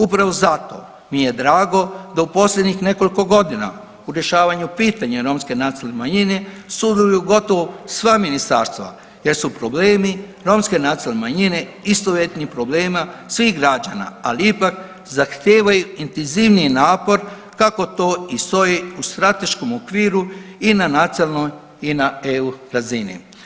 Upravo zato mi je drago da u posljednjih nekoliko godina u rješavanju pitanja romske nacionalne manjine su uveli u gotovo sva ministarstva jer su problemi romske nacionalne manjine istovjetni problemima svih građana, ali ipak zahtijevaju intenzivniji napor kako to i stoji u strateškom okviru i na nacionalnom i na eu razini.